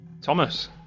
Thomas